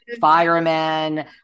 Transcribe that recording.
firemen